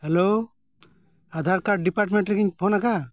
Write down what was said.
hello Aadhaar card department ᱨᱮᱜᱮᱧ phone ᱟᱠᱟᱫᱼᱟ